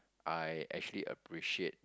I actually appreciate